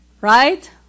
Right